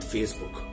Facebook